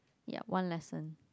ya one lesson